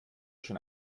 schon